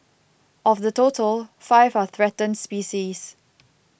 of the total five are threatened species